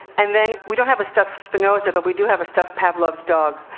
and then, we don't have a stuffed spinoza, but we do have a stuffed pavlov's dog,